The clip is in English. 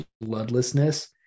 bloodlessness